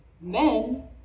Men